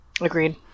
Agreed